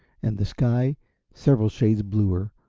and the sky several shades bluer,